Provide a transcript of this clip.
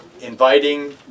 inviting